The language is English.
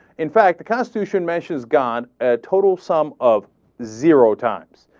in fact, the constitution mentions god a total sum of zero times.